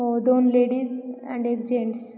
दोन ladies and एक gents